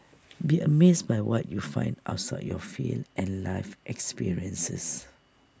be amazed by what you find outside your field and life experiences